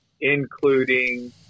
including –